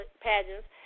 pageants